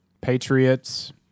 Patriots